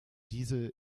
diese